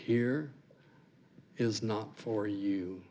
here is not for you